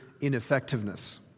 ineffectiveness